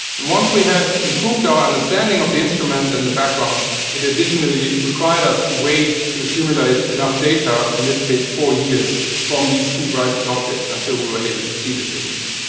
and once we had improved our understanding of the instrument and in the background it additionally required us to wait to accumulate enough data, in this case four years, from these two brightest objects until we were able to see the signature.